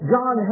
John